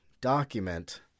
document